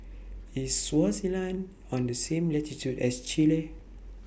IS Swaziland on The same latitude as Chile